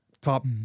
top